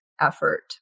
effort